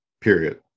period